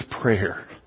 prayer